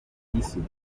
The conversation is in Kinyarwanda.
cy’isuku